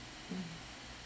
mm